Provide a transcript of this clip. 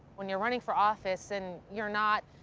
when you're running for office, and you're not,